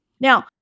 Now